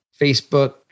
Facebook